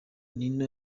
nino